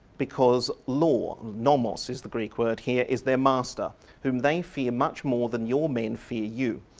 because law nomos is the greek word here is their master whom they fear much more than your men fear you.